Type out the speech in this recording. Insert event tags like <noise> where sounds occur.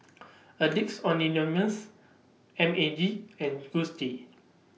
<noise> Addicts Anonymous M A G and Gucci